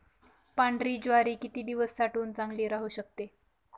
पांढरी ज्वारी किती दिवस साठवून चांगली राहू शकते?